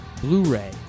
blu-ray